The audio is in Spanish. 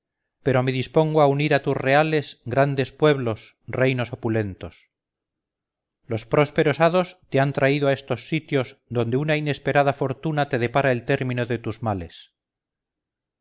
pero me dispongo a unir a tus reales grandes pueblos reinos opulentos los prósperos hados te han traído a estos sitios donde una inesperada fortuna te depara el término de tus males